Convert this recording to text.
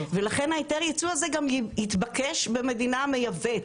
לכן היתר הייצוא הזה יתבקש במדינה מייבאת.